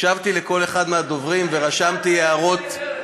הקשבתי לכל אחד מהדוברים ורשמתי הערות,